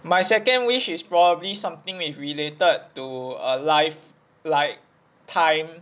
my second wish is probably something with related to a life like time